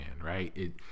right